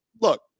Look